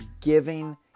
Giving